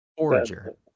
Forager